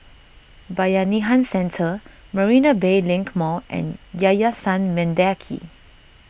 Bayanihan Centre Marina Bay Link Mall and Yayasan Mendaki